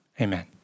Amen